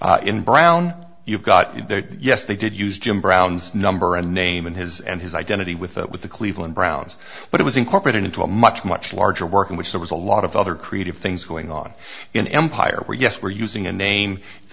in brown you've got it there yes they did use jim brown's number a name in his and his identity with that with the cleveland browns but it was incorporated into a much much larger work in which there was a lot of other creative things going on in empire where yes we're using a name it's